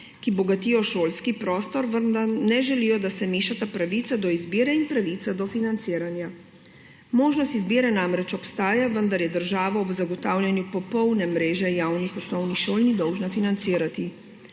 ki bogatijo šolski prostor, vendar ne želijo, da se mešata pravica do izbire in pravica do financiranja. Možnost izbire namreč obstaja, vendar je država ob zagotavljanju popolne mreže javnih osnovnih šol ni dolžna financirati.